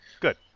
good